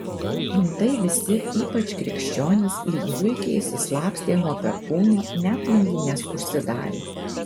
antai visi ypač krikščionys lyg zuikiai išsislapstė nuo perkūno net langines užsidarė